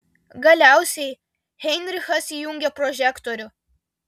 galiausiai heinrichas įjungė prožektorių